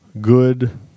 good